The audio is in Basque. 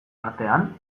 artean